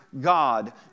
God